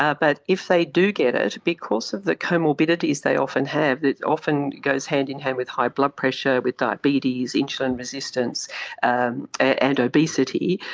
ah but if they do get it, because of the comorbidities they often have, it often goes hand-in-hand with high blood pressure, with diabetes, insulin resistance and and obesity,